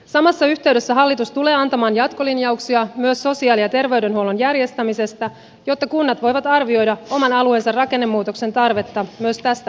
samassa yhteydessä hallitus tulee antamaan jatkolinjauksia myös sosiaali ja terveydenhuollon järjestämisestä jotta kunnat voivat arvioida oman alueensa rakennemuutoksen tarvetta myös tästä näkökulmasta